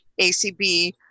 ACB